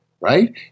right